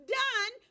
done